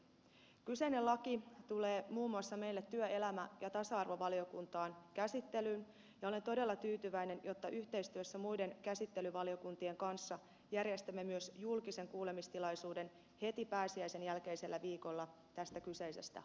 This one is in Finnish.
kyseinen laki tulee muun muassa meille työelämä ja tasa arvovaliokuntaan käsittelyyn ja olen todella tyytyväinen että yhteistyössä muiden käsittelyvaliokuntien kanssa järjestämme myös julkisen kuulemistilaisuuden heti pääsiäisen jälkeisellä viikolla tästä kyseisestä lakipaketista